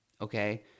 Okay